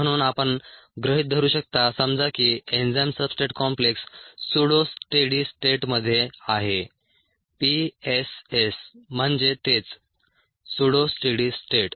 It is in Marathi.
म्हणून आपण गृहित धरू शकता समजा की enzyme substrate complex pseudo steady स्टेटमध्ये आहे PSS म्हणजे तेच सुडो स्टेडी स्टेट